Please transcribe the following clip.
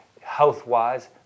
health-wise